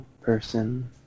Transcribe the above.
person